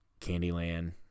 Candyland